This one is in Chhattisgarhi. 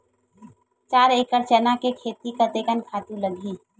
चार एकड़ चना के खेती कतेकन खातु लगही?